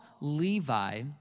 Levi